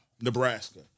Nebraska